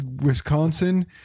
Wisconsin